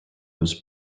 was